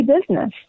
business